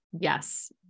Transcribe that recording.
Yes